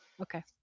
okay